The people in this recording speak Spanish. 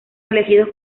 elegidos